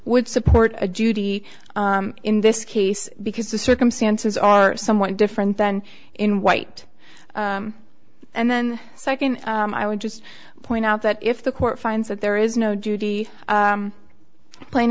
would support a duty in this case because the circumstances are somewhat different then in white and then second i would just point out that if the court finds that there is no duty